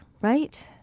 right